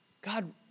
God